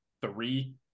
three